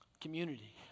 community